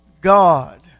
God